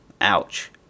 ouch